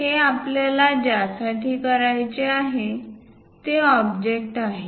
हे आपल्याला ज्यासाठी करायचे आहे ते ऑब्जेक्ट आहे